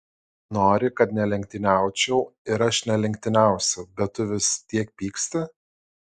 nori kad nelenktyniaučiau ir aš nelenktyniausiu bet tu vis tiek pyksti